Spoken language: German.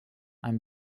ein